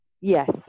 yes